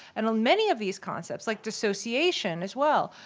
and and many of these concepts, like dissociation as well.